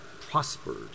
prospered